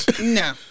No